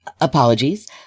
apologies